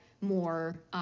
more